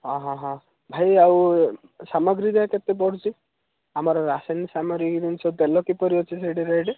ହଁ ହଁ ହଁ ଭାଇ ଆଉ ସାମଗ୍ରୀରେ କେତେ ପଡ଼ୁଛି ଆମର ରାସନ୍ ସାମଗ୍ରୀରେ ଜିନିଷ ତେଲ କେତେ ଅଛି ସେଠି ରେଟ୍